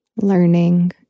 learning